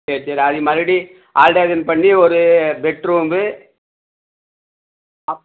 சரி சரி அது மறுபடி ஆல்டெரேஷன் பண்ணி ஒரு பெட்ரூம்மு அப்